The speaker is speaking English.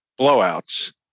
blowouts